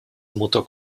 mutter